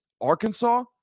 Arkansas